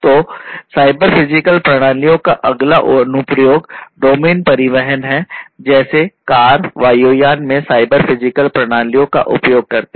तो cyber physical प्रणालियों का अगला अनुप्रयोग डोमेन परिवहन है जैसे कारे वायुयान में साइबर फिजिकल प्रणालियों का उपयोग करते हैं